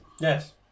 Yes